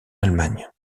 allemagne